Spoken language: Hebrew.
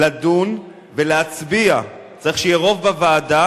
לדון ולהצביע, צריך שיהיה רוב בוועדה